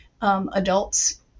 adults